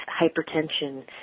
hypertension